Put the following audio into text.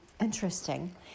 interesting